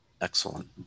Excellent